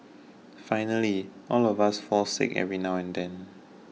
finally all of us fall sick every now and then